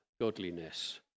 godliness